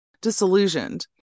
disillusioned